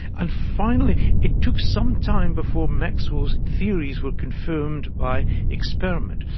and finally it took some time before maxwell's theories were confirmed by experiment.